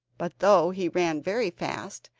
but though he ran very fast,